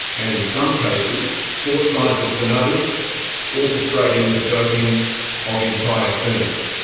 and in some cases, sports scientists and others orchestrating the doping of entire teams.